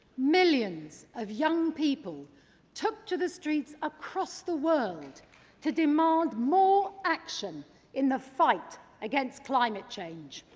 millions of young people took to the streets across the world to demand more action in the fight against climate change.